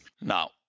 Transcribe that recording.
Now